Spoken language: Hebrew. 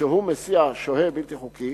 כשהוא מסיע שוהה בלתי חוקי,